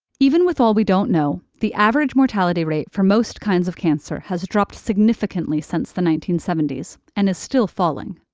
even with all we don't know, the average mortality rate for most kinds of cancer has dropped significantly since the nineteen seventy s and is still falling.